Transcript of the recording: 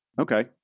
Okay